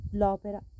l'opera